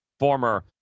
Former